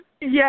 Yes